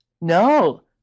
No